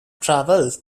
traveled